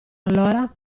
allora